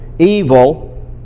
...evil